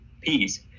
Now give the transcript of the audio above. peace